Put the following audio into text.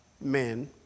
men